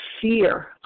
fear